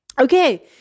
Okay